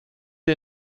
die